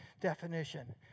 definition